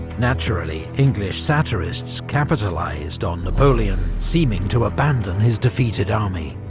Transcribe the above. naturally, english satirists capitalised on napoleon seeming to abandon his defeated army,